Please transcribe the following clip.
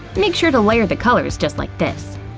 make sure to layer the colors just like this.